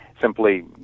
simply